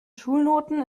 schulnoten